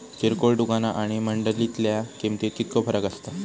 किरकोळ दुकाना आणि मंडळीतल्या किमतीत कितको फरक असता?